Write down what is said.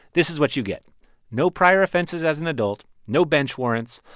this is what you get no prior offenses as an adult, no bench warrants,